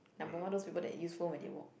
number one those people that use phone when they walk